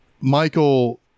michael